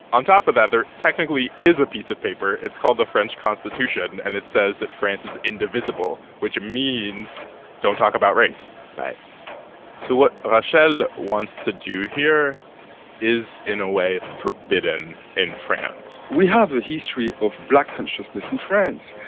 on top of that, there, technically, is a piece of paper. it's called the french constitution. and it says that france is indivisible, which means don't talk about race right so what rachel wants to do here is, in a way, forbidden in france we have a history of black consciousness in france.